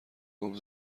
عمر